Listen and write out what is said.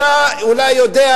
אתה אולי יודע,